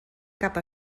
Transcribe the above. cap